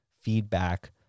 feedback